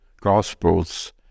Gospels